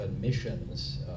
missions